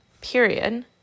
period